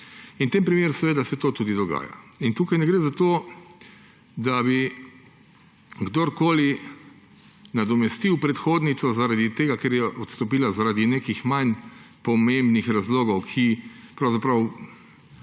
In v tem primeru seveda se to tudi dogaja. In tukaj ne gre za to, da bi kdorkoli nadomestil predhodnico zaradi tega, ker je odstopila zaradi nekih manj pomembnih razlogov, ki pravzaprav